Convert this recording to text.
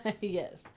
Yes